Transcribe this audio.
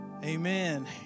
Amen